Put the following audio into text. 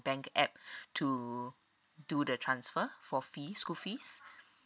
bank app to do the transfer for fees school fees